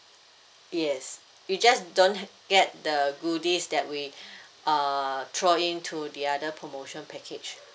yes you just don't get the goodies that we uh throw in to the other promotion package